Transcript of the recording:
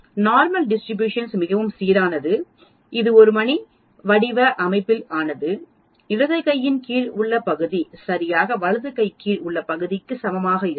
இயல்பான விநியோகம் மிகவும் சீரானது இது ஒரு மணி வடிவஅமைப்பில் ஆனது இடது கையின் கீழ் உள்ள பகுதி சரியாக வலது கை கீழ் உள்ள பகுதிக்கு சமமாக இருக்கும்